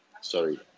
sorry